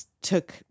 took